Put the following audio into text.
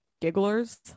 Gigglers